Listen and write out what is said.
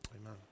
Amen